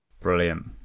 Brilliant